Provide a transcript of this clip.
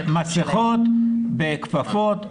במסכות, בכפפות,